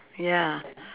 ya